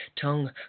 tongue